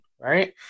Right